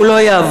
והוא לא יעבור,